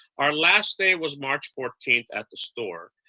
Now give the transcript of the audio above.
our last day was march fourteenth at the store,